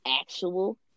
actual